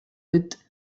with